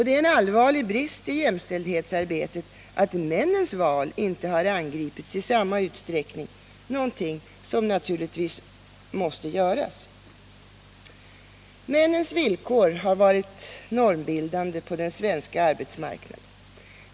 Det är en allvarlig brist i jämställdhetsarbetet att männens val inte angripits i samma utsträckning, något som naturligtvis måste göras. Männens villkor har varit normbildande på den svenska arbetsmarknaden.